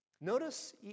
Notice